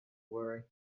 worry